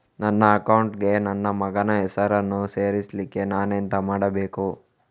ನನ್ನ ಅಕೌಂಟ್ ಗೆ ನನ್ನ ಮಗನ ಹೆಸರನ್ನು ಸೇರಿಸ್ಲಿಕ್ಕೆ ನಾನೆಂತ ಮಾಡಬೇಕು?